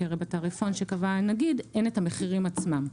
כי הרי בתעריפון שקבע התאגיד אין את המחירים עצמם.